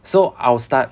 so I'll start